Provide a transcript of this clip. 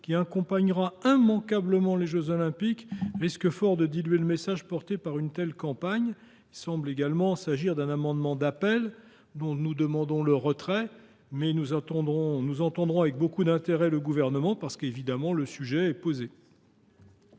qui accompagnera immanquablement les jeux Olympiques risque fort de diluer le message porté par une telle campagne. Il semble qu’il s’agisse de nouveau d’un amendement d’appel dont nous demandons le retrait. Cela étant, nous entendrons avec beaucoup d’intérêt le Gouvernement, parce qu’évidemment le problème soulevé